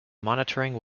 monitoring